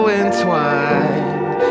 entwined